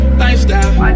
lifestyle